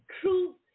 true